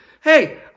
hey